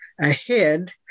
ahead